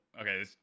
okay